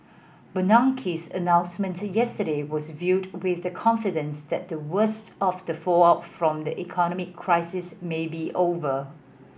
Bernanke's announcement yesterday was viewed with confidence that the worst of the fallout from the economic crisis may be over